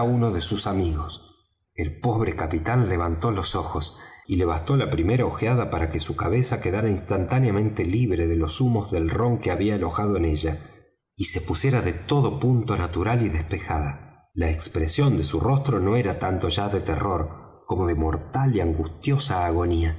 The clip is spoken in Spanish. uno de sus amigos el pobre capitán levantó los ojos y le bastó la primera ojeada para que su cabeza quedara instantáneamente libre de los humos del rom que había alojado en ella y se pusiera de todo punto natural y despejada la expresión de su rostro no era tanto ya de terror como de mortal y angustiosa agonía